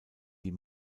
die